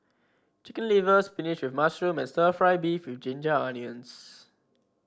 Chicken Liver spinach with mushroom and stir fry beef with Ginger Onions